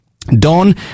Don